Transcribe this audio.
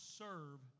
serve